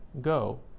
Go